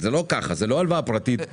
זו לא הלוואה פרטית לבן אדם.